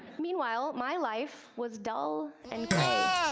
meanwhile, my life was dull and grey.